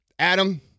Adam